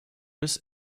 bis